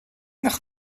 nach